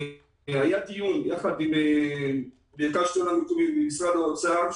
היה דיון עם מרכז השלטון המקומי ומשרד האוצר,